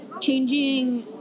changing